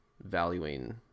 valuing